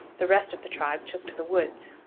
the rest of the tribe took to the woods.